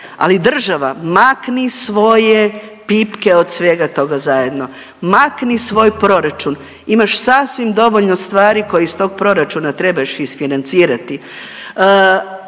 ali država makni svoje pipke od svega toga zajedno, makni svoj proračun, imaš sasvim dovoljno stvari koje iz tog proračuna trebaš isfinancirati,